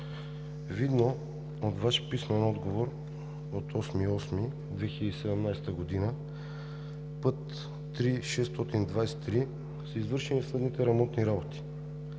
Видно от Ваш писмен отговор от 08.08.2017 г. за път III-623 са извършени следните ремонтни работи: